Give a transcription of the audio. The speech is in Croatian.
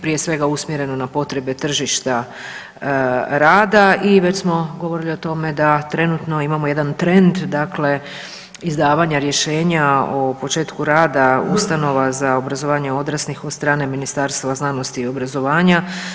Prije svega usmjereno na potrebe tržišta rada i već smo govorili o tome da trenutno imamo jedan trend dakle izdavanja rješenja o početku rada ustanova za obrazovanje odraslih od strane Ministarstva znanosti i obrazovanja.